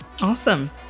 awesome